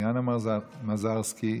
טטיאנה מזרסקי,